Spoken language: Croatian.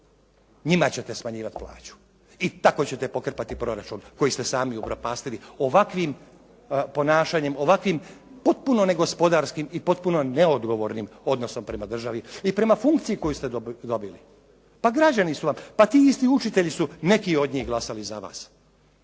Njima ćete smanjivati plaću i tako ćete pokrpati proračun koji ste sami upropastili ovakvim ponašanjem, ovakvim potpuno negospodarskim i potpuno neodgovornim odnosom prema državi i prema funkciji koju ste dobili. Pa građani su vam, pa ti isti učitelji su neki od njih glasali za vas.